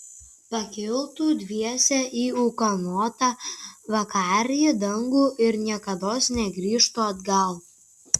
pakiltų dviese į ūkanotą vakarį dangų ir niekados negrįžtų atgal